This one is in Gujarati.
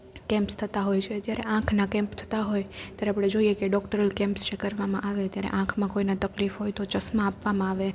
કેમ્પસ થતાં હોય છે જ્યારે આંખના કેમ્પ થતાં હોય ત્યારે આપણે જોઈએ કે ડોકટરો કેમ્પસ ચેકઅપ કરવા માટે આવે ત્યારે આંખમાં કોઈને તકલીફ હોય તો ચશ્મા આપવામાં આવે